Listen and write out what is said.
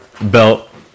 belt